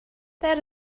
that